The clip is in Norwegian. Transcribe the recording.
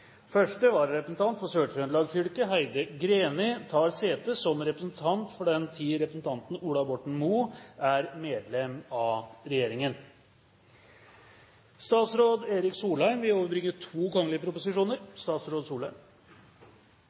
Første vararepresentant for Sør-Trøndelag fylke, Heidi Greni, tar sete som representant for den tid representanten Ola Borten Moe er medlem av regjeringen. Representanten Kjell Ingolf Ropstad vil